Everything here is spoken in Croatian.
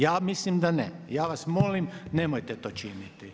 Ja mislim da ne. ja vas molim nemojte to činiti.